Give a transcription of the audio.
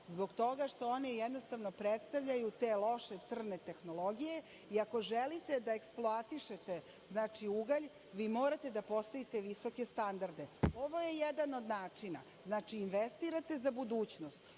zbog toga što one jednostavno predstavljaju te loše crne tehnologije. Ako želite da eksploatišete ugalj, vi morate da postavite visoke standarde. Ovo je jedan od načina. Znači, investirate za budućnost.